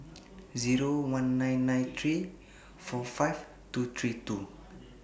Zero one nine nine three four five two three two